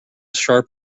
sharp